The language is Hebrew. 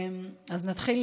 אז נתחיל.